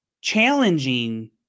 challenging